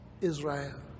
Israel